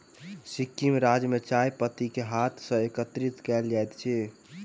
सिक्किम राज्य में चाय पत्ती के हाथ सॅ एकत्रित कयल जाइत अछि